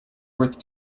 worth